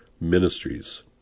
ministries